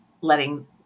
letting